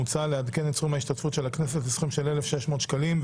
מוצע לעדכן את סכום ההשתתפות של הכנסת לסכום של 1,600 שקלים,